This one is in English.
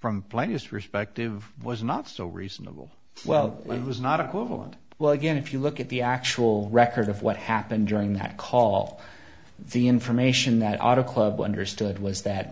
from flight is respective was not so reasonable well it was not equivalent well again if you look at the actual record of what happened during that call the information that auto club understood was that